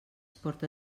porta